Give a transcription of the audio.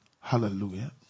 Hallelujah